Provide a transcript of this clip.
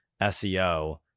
SEO